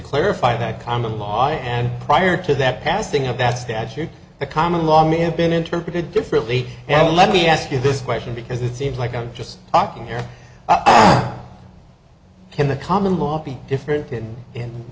clarify that common law and prior to that passing have that statute a comma long and been interpreted differently yeah let me ask you this question because it seems like i'm just talking here in the common law be different in